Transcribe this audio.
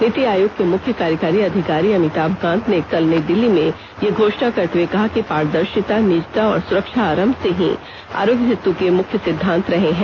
नीति आयोग के मुख्य कार्यकारी अधिकारी अमिताभ कांत ने कल नई दिल्ली में यह घोषणा करते हुए कहा कि पारदर्शिता निजता और सुरक्षा आरंभ से ही आरोग्य सेतु के मुख्य सिद्दांत रहे हैं